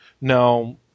Now